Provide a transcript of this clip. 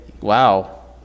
wow